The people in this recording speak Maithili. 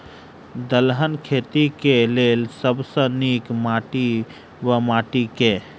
दलहन खेती केँ लेल सब सऽ नीक माटि वा माटि केँ?